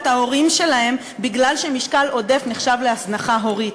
ההורים שלהם בגלל שמשקל עודף נחשב להזנחה הורית,